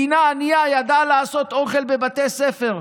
מדינה ענייה ידעה לעשות אוכל בבתי ספר,